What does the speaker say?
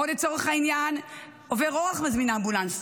או לצורך העניין עובר אורח מזמין אמבולנס,